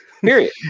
Period